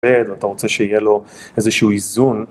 אתה רוצה שיהיה לו איזשהו איזון.